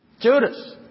Judas